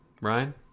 Ryan